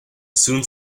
soon